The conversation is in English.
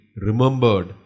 remembered